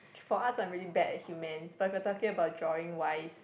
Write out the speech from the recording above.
for arts I'm really bad at humans but if you're talking about drawing wise